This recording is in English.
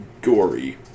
gory